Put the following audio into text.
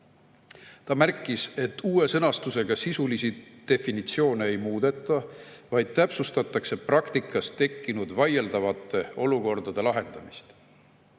Ta märkis, et uue sõnastusega sisulisi definitsioone ei muudeta, vaid täpsustatakse praktikas tekkinud vaieldavate olukordade lahendamist.